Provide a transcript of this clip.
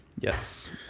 Yes